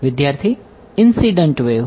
વિદ્યાર્થી incident wave